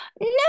no